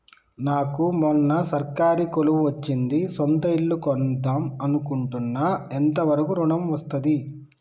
నాకు మొన్న సర్కారీ కొలువు వచ్చింది సొంత ఇల్లు కొన్దాం అనుకుంటున్నా ఎంత వరకు ఋణం వస్తది?